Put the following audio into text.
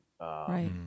right